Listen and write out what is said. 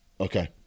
okay